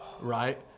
right